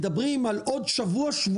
מדברים על עוד שבוע-שבועיים,